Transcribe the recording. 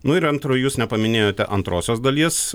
nu ir antro jūs nepaminėjote antrosios dalies